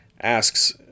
asks